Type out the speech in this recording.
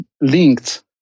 linked